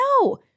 no